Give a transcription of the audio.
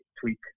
tweak